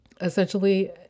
essentially